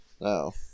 No